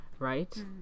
Right